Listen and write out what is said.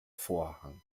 vorhang